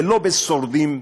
ולא בשורדים כמוך.